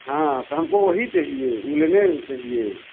हाँ तो हमको वही चाहिए उलने चाहिए